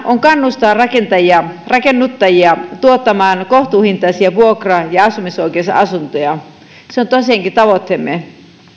on kannustaa rakennuttajia tuottamaan kohtuuhintaisia vuokra ja asumisoikeusasuntoja se on tosiaankin tavoitteemme